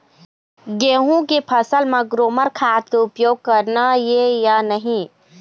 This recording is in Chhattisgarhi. गेहूं के फसल म ग्रोमर खाद के उपयोग करना ये या नहीं?